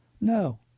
No